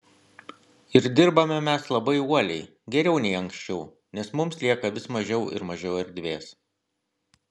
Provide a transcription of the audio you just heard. ir dirbame mes labai uoliai geriau nei anksčiau nes mums lieka vis mažiau ir mažiau erdvės